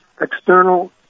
external